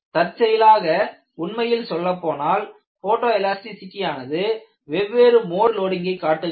தற்செயலாக உண்மையில் சொல்லப் போனால் போட்டோ எலாஸ்டிசிடி ஆனது வெவ்வேறு மோட் லோடிங்கை காட்டுகிறது